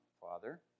Father